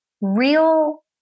real